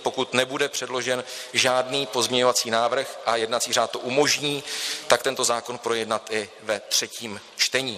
Pokud nebude předložen žádný pozměňovací návrh a jednací řád to umožní, tak tento zákon projednat i ve třetím čtení.